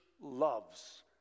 loves